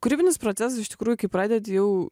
kūrybinis procesas iš tikrųjų kai pradedi jau